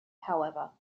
however